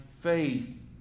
faith